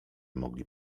mogli